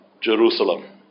Jerusalem